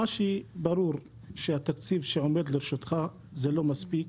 ברור שהתקציב שעומד לרשותך לא מספיק,